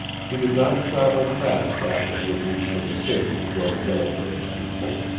he did not travel fast after he had reached the decision to go to yellow bird's people.